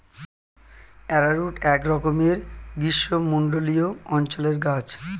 arrowroot একরকমের গ্রীষ্মমণ্ডলীয় অঞ্চলের গাছ